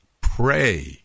pray